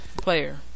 Player